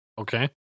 Okay